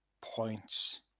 points